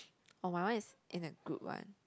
or my one is in the good one